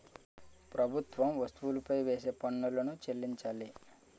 ప్రభుత్వం వస్తువులపై వేసే పన్నులను చెల్లించాలి